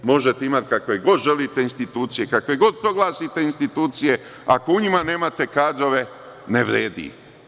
Možete imati kakve god želite institucije, kakve god proglasite institucije, ako u njima nemate kadrove, ne vredi.